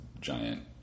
giant